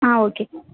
ஆ okay